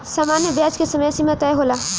सामान्य ब्याज के समय सीमा तय होला